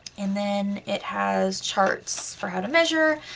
and then it has charts for how to measure,